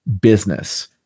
business